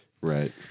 Right